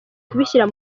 kubishyira